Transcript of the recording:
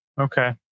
Okay